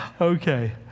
Okay